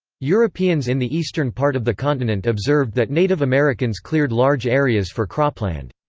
europeans in the eastern part of the continent observed that native americans cleared large areas for cropland.